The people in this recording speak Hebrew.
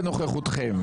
בנוכחותכם.